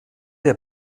der